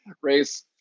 race